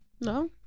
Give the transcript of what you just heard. No